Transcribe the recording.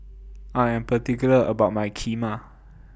I Am particular about My Kheema